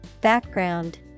Background